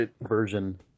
version